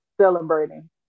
celebrating